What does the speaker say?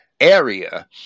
area